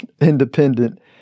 independent